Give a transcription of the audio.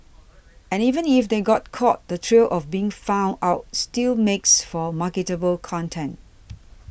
and even if they got caught the thrill of being found out still makes for marketable content